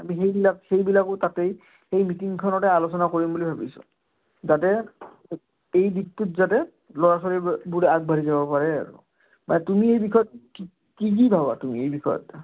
আমি সেইবিলাক সেইবিলাকো তাতেই সেই মিটিংখনতে আলোচনা কৰিম বুলি ভাবিছো যাতে এই দিশটোত যাতে ল'ৰা ছোৱালবোৰ বোৰ আগবাঢ়ি যাব পাৰে বা তুমি তুমি এই বিষয়ত কি কি ভাৱা তুমি এই বিষয়ত